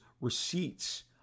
receipts